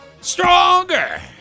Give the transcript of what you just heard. Stronger